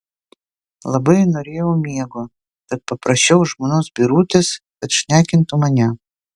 labai norėjau miego tad paprašiau žmonos birutės kad šnekintų mane